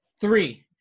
Three